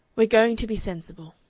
we're going to be sensible.